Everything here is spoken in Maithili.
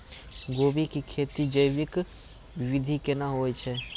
गोभी की खेती जैविक विधि केना हुए छ?